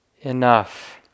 Enough